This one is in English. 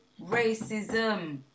racism